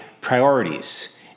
priorities